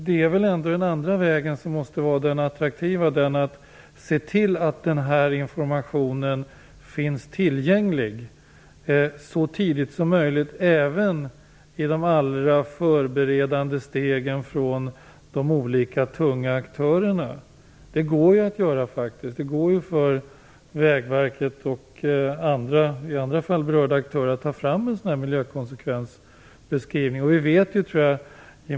Men jag tycker ändå att den andra vägen måste vara den attraktiva, dvs. att se till att informationen finns tillgänglig så tidigt som möjligt även i de första förberedande stegen från de olika tunga aktörerna. Vägverket och berörda aktörer i andra sammanhang kan ju faktiskt ta fram en miljökonsekvensbeskrivning.